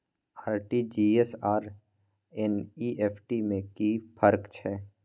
RTG S आर NEFT में कि फर्क छै?